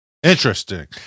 Interesting